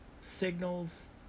signals